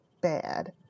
bad